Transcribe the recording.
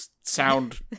sound